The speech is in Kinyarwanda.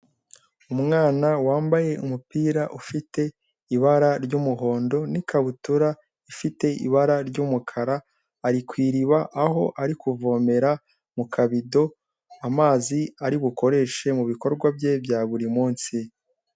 Umwana wambaye umupira ufite ibara ry'umuhondo n'ikabutura ifite ibara ry'umukara, ari ku iriba aho ari kuvomera mu kabido amazi ari bukoreshe mu bikorwa bye bya buri munsi.